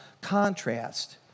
contrast